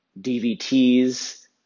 DVTs